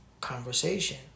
conversation